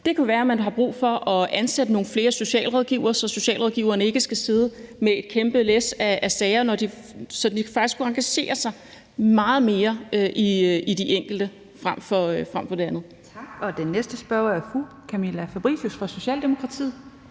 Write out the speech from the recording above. Det kan være, at man har brug for at ansætte nogle flere socialrådgivere, så socialrådgiverne ikke skal sidde med et kæmpe læs af sager, og så de faktisk kunne engagere sig meget mere i de enkelte frem for det andet.